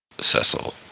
Cecil